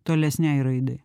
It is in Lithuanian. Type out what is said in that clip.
tolesnei raidai